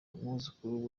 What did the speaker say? umwuzukuru